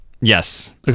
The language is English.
Yes